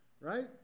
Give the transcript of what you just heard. right